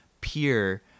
pure